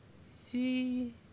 see